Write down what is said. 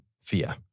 fear